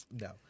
no